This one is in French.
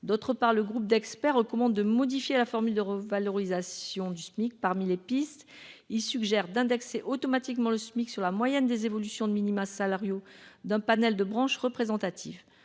ailleurs, le groupe d'experts recommande de modifier la formule de revalorisation du Smic. Parmi les pistes envisagées, il suggère d'indexer automatiquement ce dernier sur la moyenne des évolutions de minima salariaux d'un panel de branches représentatives.